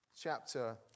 chapter